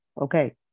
Okay